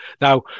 Now